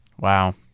Wow